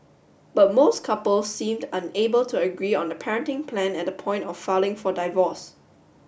but most couples seemed unable to agree on the parenting plan at the point of filing for divorce